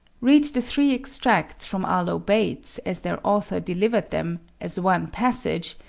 read the three extracts from arlo bates as their author delivered them, as one passage,